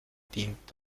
dient